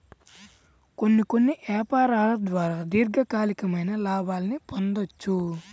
కొన్ని కొన్ని యాపారాల ద్వారా దీర్ఘకాలికమైన లాభాల్ని పొందొచ్చు